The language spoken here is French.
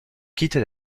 quittent